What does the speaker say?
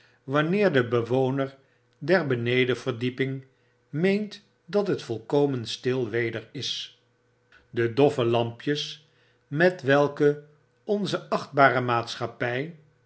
wanneer de bewoner der benedenverdieping meent dat het volkomen stil weder is de doffe lampjes overdrukken met welke onze achtbare maatschappy